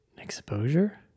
exposure